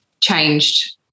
changed